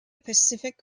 pacific